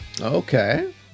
Okay